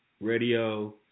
radio